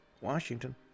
Washington